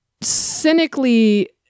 cynically